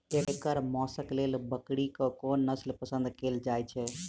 एकर मौशक लेल बकरीक कोन नसल पसंद कैल जाइ छै?